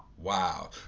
Wow